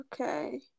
okay